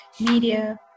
media